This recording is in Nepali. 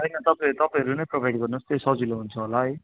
होइन तपाईँ तपाईँहरू नै प्रोभाइड गर्नुहोस् त्यही सजिलो हुन्छ होला है